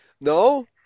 no